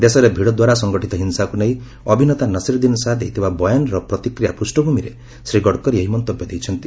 ଦେଶରେ ଭିଡ଼ ଦ୍ୱାରା ସଂଗଠିତ ହିଂସାକୁ ନେଇ ଅଭିନେତା ନସିରୁଦ୍ଦିନ ଶାହା ଦେଇଥିବା ବୟାନର ପ୍ରତିକ୍ରିୟା ପୃଷ୍ଣଭୂମୀରେ ଶ୍ରୀ ଗଡ଼କରି ଏହି ମନ୍ତବ୍ୟ ଦେଇଛନ୍ତି